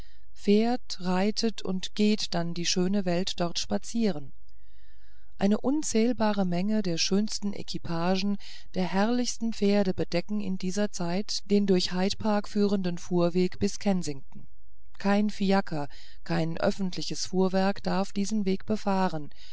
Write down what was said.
fährt reitet und geht dann die schöne welt dort spazieren eine unzählbare menge der schönsten equipagen der herrlichsten pferde bedecken in dieser zeit den durch hyde park führenden fuhrweg bis kensington kein fiaker kein öffentliches fuhrwerk darf diesen weg befahren